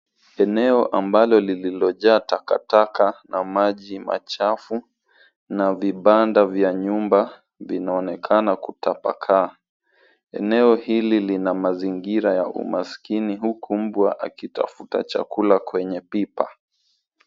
Eneo ambalo lililojaa takataka na maji machafu na vibanda vya nyumba vinaonekana kutapakaa. Eneo hili lina mazingira ya umaskini huku mbwa akitafuta chakula kwenye pipa.